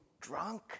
drunk